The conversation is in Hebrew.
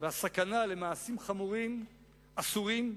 והסכנה למעשים חמורים אסורים,